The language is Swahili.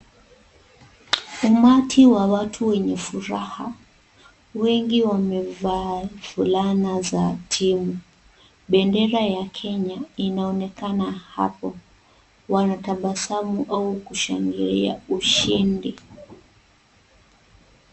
Umati wa watu wenye furaha. Wengi wamevaa fulana za timu. Bendera ya Kenya inaonekana hapo. Wanatabasamu au kushangilia ushindi.